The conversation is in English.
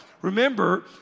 Remember